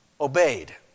obeyed